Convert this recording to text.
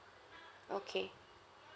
okay